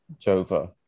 Jova